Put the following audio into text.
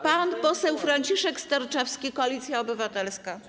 Pan poseł Franciszek Sterczewski, Koalicja Obywatelska.